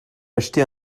acheter